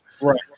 Right